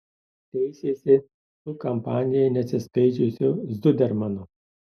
teisėsi su kampanijai neatsiskaičiusiu zudermanu